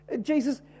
Jesus